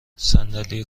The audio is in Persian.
صندلی